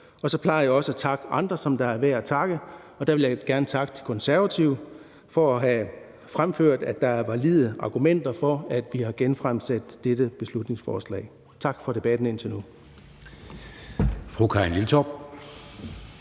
Så plejer jeg også at takke andre, som er værd at takke, og der vil jeg gerne takke De Konservative for at have fremført, at der er valide argumenter for, at vi har genfremsat dette beslutningsforslag. Tak for debatten indtil nu.